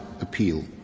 appeal